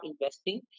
investing